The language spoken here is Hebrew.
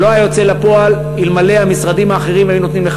זה לא היה יוצא לפועל אלמלא נתנו לכך המשרדים האחרים יד,